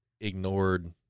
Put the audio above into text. ignored